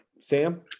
Sam